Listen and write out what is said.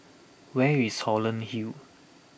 where is Holland Hill